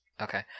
Okay